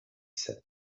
said